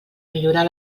millorar